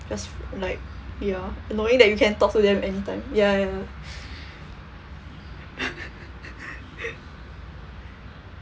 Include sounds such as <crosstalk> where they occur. just like ya knowing that you can talk to them anytime ya ya <laughs>